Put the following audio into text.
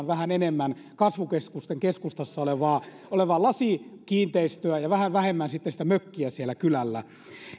vähän enemmän kasvukeskusten keskustassa olevaa olevaa lasikiinteistöä ja vähän vähemmän sitten mökkiä siellä kylällä